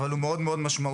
אבל הוא מאוד מאוד משמעותי,